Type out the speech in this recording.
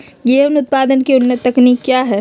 गेंहू उत्पादन की उन्नत तकनीक क्या है?